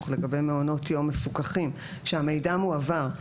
לגבי מעונות יום מפוקחים שהמידע מועבר,